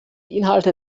inhalte